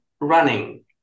running